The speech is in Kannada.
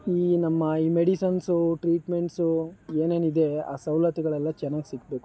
ಈ ನಮ್ಮ ಈ ಮೆಡಿಸನ್ಸು ಟ್ರೀಟ್ಮೆಂಟ್ಸು ಏನೇನಿದೆ ಆ ಸವಲತ್ತುಗಳೆಲ್ಲ ಚೆನ್ನಾಗಿ ಸಿಗ್ಬೇಕು